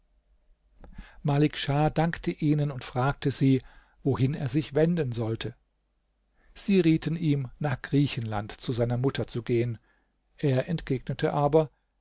malik schah dankte ihnen und fragte sie wohin er sich wenden sollte sie rieten ihm nach griechenland zu seiner mutter zu gehen er entgegnete aber